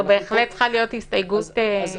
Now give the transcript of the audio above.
זאת בהחלט צריכה להיות הסתייגות שצריך להכניס.